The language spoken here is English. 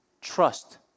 trust